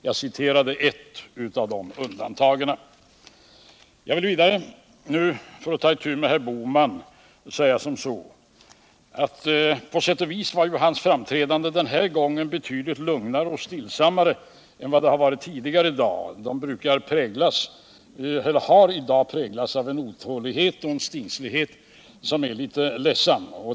Jag citerade ett av de undantagen. Jag vill vidare för att ta itu med Gösta Bohman säga som så: På sätt och vis var hans framträdande den här gången betydligt lugnare och stillsammare än tidigare i dag. Hans framträdande har tidigare i dag präglats av en otålighet och stingslighet som är litet ledsam.